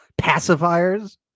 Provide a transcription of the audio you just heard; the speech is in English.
pacifiers